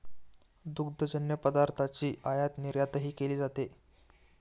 दुग्धजन्य पदार्थांची आयातनिर्यातही केली जाते